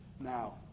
now